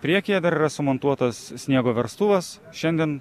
priekyje dar yra sumontuotas sniego verstuvas šiandien